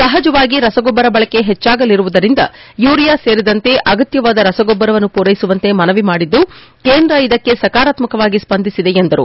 ಸಹಜವಾಗಿ ರಸಗೊಬ್ಬರ ಬಳಕೆ ಹೆಚ್ಚಾಗಲಿರುವುದರಿಂದ ಯುರಿಯಾ ಸೇರಿದಂತೆ ಅಗತ್ಯವಾದ ರಸಗೊಬ್ಬರವನ್ನು ಪೂರೈಸುವಂತೆ ಮನವಿ ಮಾಡಿದ್ದು ಕೇಂದ್ರ ಇದಕ್ಕೆ ಸಕಾರಾತ್ಮಕವಾಗಿ ಸ್ವಂದಿಸಿದೆ ಎಂದರು